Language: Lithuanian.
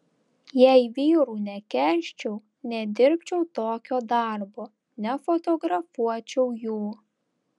jei vyrų nekęsčiau nedirbčiau tokio darbo nefotografuočiau jų